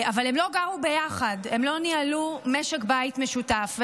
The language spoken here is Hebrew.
אבל הם לא גרו ביחד, הם לא ניהלו משק בית משותף.